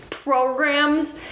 Programs